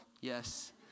Yes